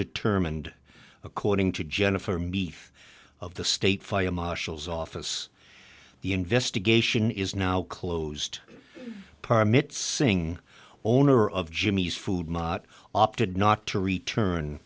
determined according to jennifer mee of the state fire marshal's office the investigation is now closed permits sing owner of jimmy's food not opted not to return